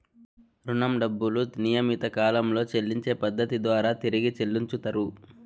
రుణం డబ్బులు నియమిత కాలంలో చెల్లించే పద్ధతి ద్వారా తిరిగి చెల్లించుతరు